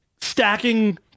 Stacking